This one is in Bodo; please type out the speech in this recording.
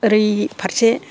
ओरै फारसे